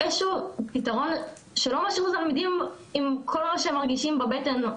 איזשהו פתרון שלא משאיר את התלמידים עם כל מה שהם מרגישים בבטן.